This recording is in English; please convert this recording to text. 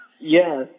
Yes